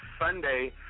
Sunday